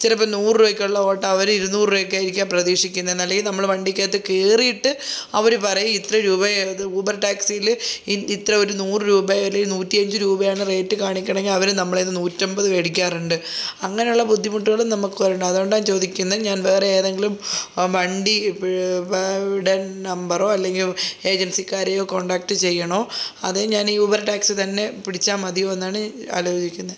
ചിലപ്പം നൂറ് രൂപയ്ക്കുള്ള ഓട്ടം അവർ ഇരുന്നൂറ് രൂപയൊക്കെ ആയിരിക്കാം പ്രതീക്ഷിക്കുന്നത് അല്ലെങ്കിൽ നമ്മൾ വണ്ടിക്കകത്ത് കയറിയിട്ട് അവർ പറയും ഇത്ര രൂപയാണ് ഇത് ഊബർ ടാക്സിയിൽ ഇത്ര ഒരു നൂറ് രൂപയിൽ നൂറ്റി അഞ്ച് രൂപയാണ് റേറ്റ് കാണിക്കണെങ്കിൽ അവർ നമ്മളെ കയ്യിൽനിന്ന് നൂറ്റമ്പത് മേടിക്കാറുണ്ട് അങ്ങനെയുള്ള ബുദ്ധിമുട്ടുകളും നമുക്ക് വരുന്നുണ്ട് അതുകൊണ്ടാണ് ഞാൻ ചോദിക്കുന്നത് ഞാൻ വേറെ ഏതെങ്കിലും വണ്ടി നമ്പറോ അല്ലെങ്കിൽ ഏജൻസിക്കാരെയോ കോൺടാക്ട് ചെയ്യണോ അതെയോ ഞാൻ ഈ ഊബർ ടാക്സി തന്നെ പിടിച്ചാൽ മതിയോ എന്നാണ് ആലോചിക്കുന്നത്